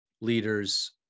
leaders